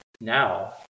now